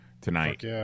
tonight